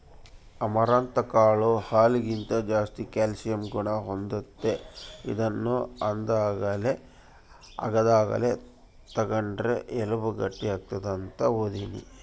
amaranth ಕಾಳು ಹಾಲಿಗಿಂತ ಜಾಸ್ತಿ ಕ್ಯಾಲ್ಸಿಯಂ ಗುಣ ಹೊಂದೆತೆ, ಇದನ್ನು ಆದಾಗೆಲ್ಲ ತಗಂಡ್ರ ಎಲುಬು ಗಟ್ಟಿಯಾಗ್ತತೆ ಅಂತ ಓದೀನಿ